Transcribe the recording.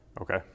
Okay